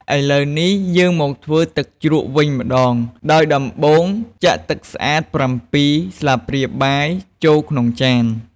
ឥឡូវនេះ យើងមកធ្វើទឹកជ្រក់វិញម្តង ដោយដំបូង ចាក់ទឹកស្អាត ៧ ស្លាបព្រាបាយចូលក្នុងចាន។